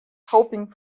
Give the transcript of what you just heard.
hoping